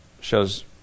shows